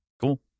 Cool